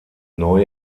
neu